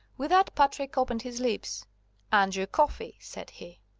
with that patrick opened his lips andrew coffey! said he.